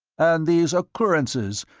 and these occurrences,